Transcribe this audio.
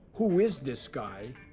who is this guy?